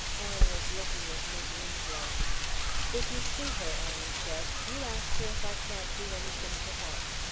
ellen was looking at mis' winslow if you see her, ellen said, you ask her if i can't do anything to help.